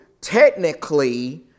technically